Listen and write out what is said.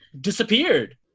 disappeared